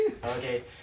Okay